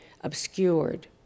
obscured